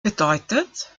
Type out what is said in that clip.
bedeutet